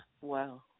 Wow